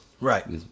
Right